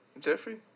Jeffrey